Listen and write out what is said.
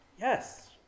Yes